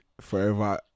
forever